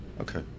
Okay